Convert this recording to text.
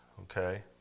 okay